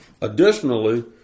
Additionally